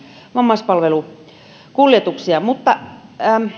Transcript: vammaispalvelukuljetuksia mutta